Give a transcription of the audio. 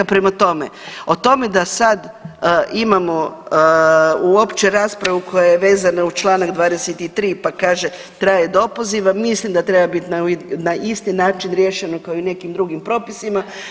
Prema tome, o tome da sad imamo uopće raspravu koja je vezana uz čl. 23., pa kaže traje do opoziva, mislim da treba bit na isti način riješeno kao i u nekim drugim propisima.